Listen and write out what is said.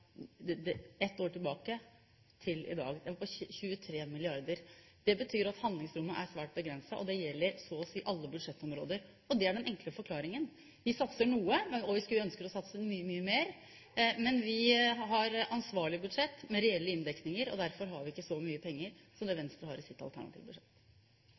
fra ett år tilbake til i dag, på 23 mrd. kr. Det betyr at handlingsrommet er svært begrenset, og det gjelder på så å si alle budsjettområder. Det er den enkle forklaringen. Vi satser noe, og vi ønsker å satse mye, mye mer, men vi har et ansvarlig budsjett, med reelle inndekninger, og derfor har vi ikke så mye penger som Venstre har i sitt alternative budsjett.